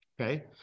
Okay